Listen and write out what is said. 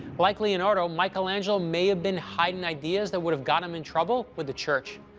like leonardo, michelangelo may have been hiding ideas that would have got him in trouble with the church.